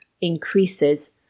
increases